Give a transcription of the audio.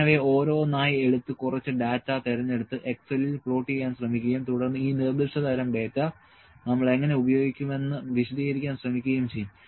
ഞാൻ അവയെ ഓരോന്നായി എടുത്ത് കുറച്ച് ഡാറ്റ തിരഞ്ഞെടുത്ത് എക്സലിൽ പ്ലോട്ട് ചെയ്യാൻ ശ്രമിക്കുകയും തുടർന്ന് ഈ നിർദ്ദിഷ്ട തരം ഡാറ്റ നമ്മൾ എങ്ങനെ ഉപയോഗിക്കുമെന്ന് വിശദീകരിക്കാൻ ശ്രമിക്കുകയും ചെയ്യും